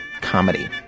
comedy